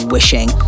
Wishing